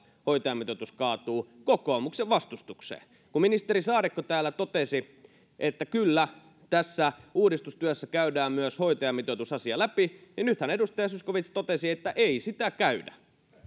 hoitajamitoitus kaatuu kokoomuksen vastustukseen kun ministeri saarikko täällä totesi että kyllä tässä uudistustyössä käydään myös hoitajamitoitusasia läpi niin nythän edustaja zyskowicz totesi että ei sitä käydä